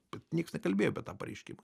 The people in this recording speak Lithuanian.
bet nieks nekalbėjo apie tą pareiškimą